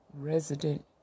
resident